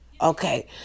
Okay